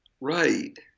Right